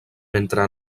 mentre